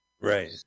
right